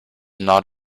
not